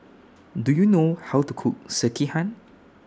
Do YOU know How to Cook Sekihan